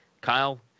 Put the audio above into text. Kyle